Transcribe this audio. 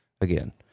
again